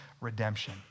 redemption